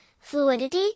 fluidity